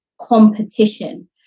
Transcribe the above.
competition